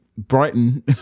Brighton